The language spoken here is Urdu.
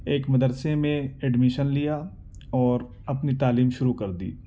ایک مدرسے میں ایڈمیشن لیا اور اپنی تعلیم شروع کر دی